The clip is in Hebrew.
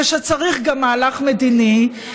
ושצריך גם מהלך מדיני,